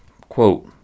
Quote